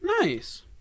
Nice